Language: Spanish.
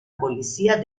policía